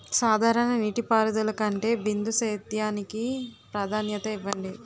సాధారణ నీటిపారుదల కంటే బిందు సేద్యానికి ప్రాధాన్యత ఇవ్వండి